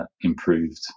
improved